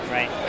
Right